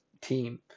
team